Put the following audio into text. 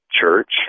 church